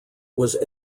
was